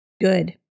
good